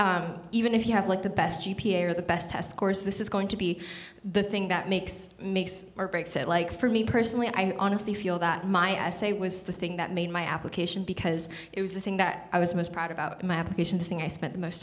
story even if you have like the best g p a or the best test scores this is going to be the thing that makes makes or breaks a like for me personally i honestly feel that my essay was the thing that made my application because it was the thing that i was most proud about in my application the thing i spent the most